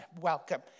Welcome